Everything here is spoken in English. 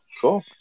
Cool